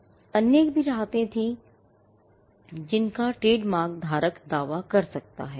कई अन्य राहतें भी हैं जिनका ट्रेडमार्क धारक दावा कर सकता है